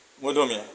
মধ্যমীয়া